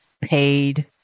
paid